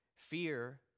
Fear